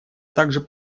также